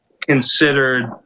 considered